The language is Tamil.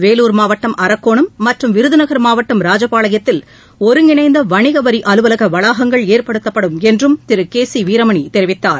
வேலூர் மாவட்டம் அரக்கோணம் மற்றும் விருதுநகர் மாவட்டம் ராஜபாளையத்தில் ஒருங்கிணைந்த வணிக வரி அலுவலக வளாகங்கள் ஏற்படுத்தப்படும் என்றும் திரு கே சி வீரமணி தெரிவித்தார்